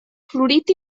florit